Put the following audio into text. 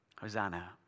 Hosanna